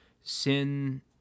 sin